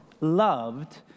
loved